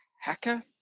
hacker